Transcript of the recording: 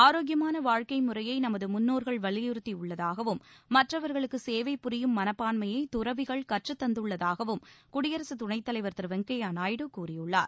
ஆரோக்கியமான வாழ்க்கை முறைய நமது முன்னோர்கள் வலியுறுத்தியுள்ளதாகவும் மற்றவர்களுக்கு சேவை புரியும் மனப்பான்மையை தறவிகள் கற்று தந்துள்ளதாகவும் குடியரசுத் துணைத்தலைவர் திரு வெங்கைய்யா நாயுடு கூறியுள்ளார்